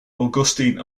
augustine